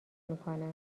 میکنم